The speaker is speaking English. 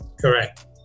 correct